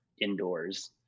indoors